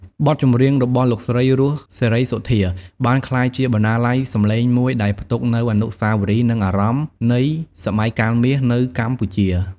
បទចម្រៀងរបស់លោកស្រី រស់ សេរីសុទ្ធា បានក្លាយជា បណ្ណាល័យសំឡេង មួយដែលផ្ទុកនូវអនុស្សាវរីយ៍ និងអារម្មណ៍នៃ "សម័យកាលមាស" នៅកម្ពុជា។